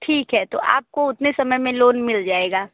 ठीक है तो आपको उतने समय में लोन मिल जाएगा